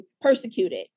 persecuted